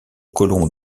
colons